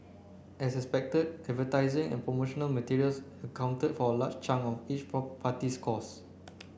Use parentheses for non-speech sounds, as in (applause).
as expected advertising and promotional materials accounted for a large chunk of each (unintelligible) party's costs